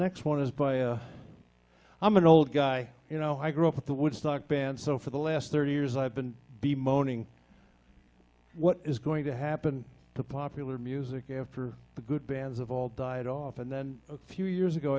morning i'm an old guy you know i grew up with the woodstock band so for the last thirty years i've been be moaning what is going to happen the popular music after the good bands have all died off and then a few years ago